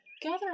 gather